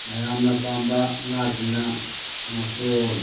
ꯃꯌꯥꯝꯅ ꯄꯥꯝꯕ ꯉꯥꯁꯤꯡꯅ ꯉꯥꯇꯣꯟ